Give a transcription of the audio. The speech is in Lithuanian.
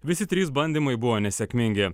visi trys bandymai buvo nesėkmingi